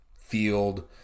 field